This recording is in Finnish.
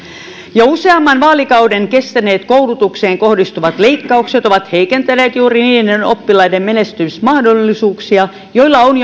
jo useamman vaalikauden kestäneet koulutukseen kohdistuvat leikkaukset ovat heikentäneet juuri niiden oppilaiden menestysmahdollisuuksia joilla on